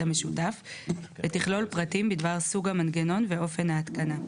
המשותף ותכלול פרטים בדבר סוג המנגנון ואופן ההתקנה,